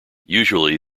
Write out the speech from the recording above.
usually